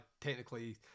technically